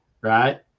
right